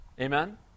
Amen